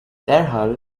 derhal